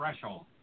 threshold